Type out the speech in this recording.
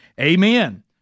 Amen